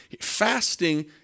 Fasting